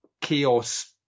chaos